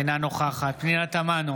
אינה נוכחת פנינה תמנו,